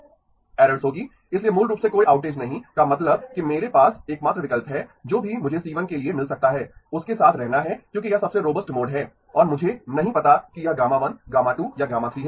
errors होंगी इसलिए मूल रूप से कोई आउटेज नहीं का मतलब कि मेरे पास एकमात्र विकल्प है जो भी मुझे C1 के लिए मिल सकता है उसके साथ रहना है क्योंकि यह सबसे रोबस्ट मोड है और मुझे नहीं पता कि यह γ1 γ2 या γ3 है